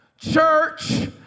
Church